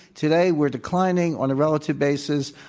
today we're declining on a relative basis.